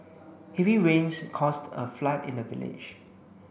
heavy rains caused a flood in the village